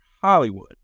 Hollywood